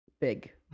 big